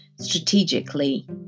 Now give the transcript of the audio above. strategically